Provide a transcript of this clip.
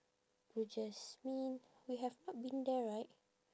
Blue Jasmine we have not been there right